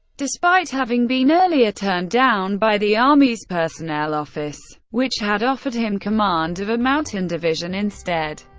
despite having been earlier turned down by the army's personnel office, which had offered him command of a mountain division instead.